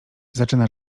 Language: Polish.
zaczyna